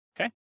okay